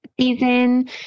season